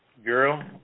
Girl